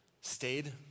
stayed